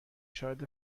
شاهد